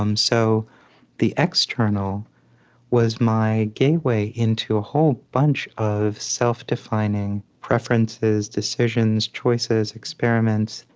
um so the external was my gateway into a whole bunch of self-defining preferences, decisions, choices, experiments.